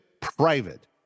private